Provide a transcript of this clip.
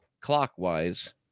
clockwise